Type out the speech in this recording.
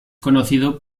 conocido